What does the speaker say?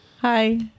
Hi